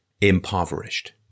impoverished